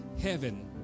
heaven